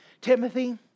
Timothy